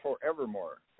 Forevermore